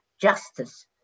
justice